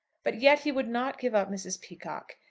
but yet he would not give up mrs. peacocke.